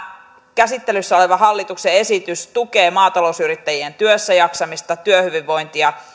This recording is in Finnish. käsittelyssä oleva hallituksen esitys tukee maatalousyrittäjien työssäjaksamista työhyvinvointia